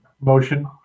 Motion